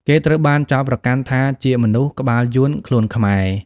គេត្រូវបានចោទប្រកាន់ថាជាមនុស្ស "ក្បាលយួន ខ្លួនខ្មែរ”។